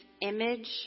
image